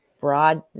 broad